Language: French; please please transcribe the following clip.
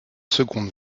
seconde